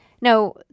Now